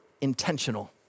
intentional